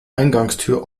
eingangstür